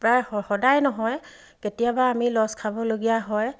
প্ৰায় সদায় নহয় কেতিয়াবা আমি লচ খাবলগীয়া হয়